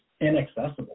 inaccessible